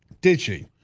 did she?